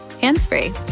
hands-free